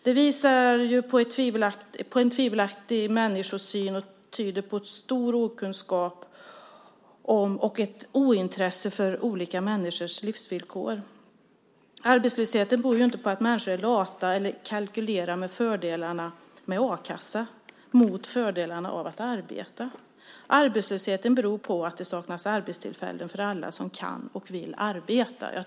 Det visar på en tvivelaktig människosyn och tyder på stor okunskap om och ett ointresse för olika människors livsvillkor. Arbetslösheten beror inte på att människor är lata eller kalkylerar med fördelarna med a-kassa mot fördelarna av att arbeta. Arbetslösheten beror på att det saknas arbetstillfällen för alla som kan och vill arbeta.